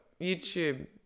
youtube